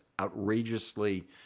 outrageously